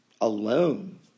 alone